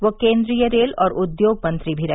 वे केन्द्रीय रेल और उद्योग मंत्री भी रहे